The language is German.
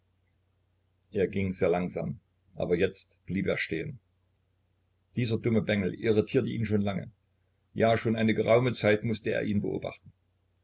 er ging sehr langsam aber jetzt blieb er stehen dieser dumme bengel irritierte ihn schon lange ja schon eine geraume zeit mußte er ihn beobachten